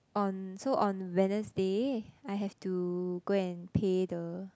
on so on Wednesday I have to go and pay the